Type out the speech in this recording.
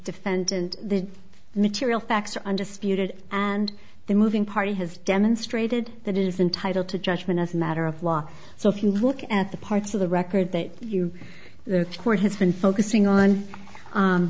defendant the material facts are undisputed and the moving party has demonstrated that it is entitled to judgment as a matter of law so if you look at the parts of the record that you the court has been focusing on